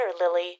lily